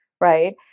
Right